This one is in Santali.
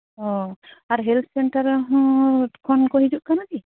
ᱚ ᱟᱨ ᱦᱮᱞᱛᱷ ᱥᱮᱱᱴᱟᱨ ᱠᱷᱚᱱ ᱠᱚ ᱦᱤᱡᱩᱜ ᱠᱟᱱᱟ ᱠᱤ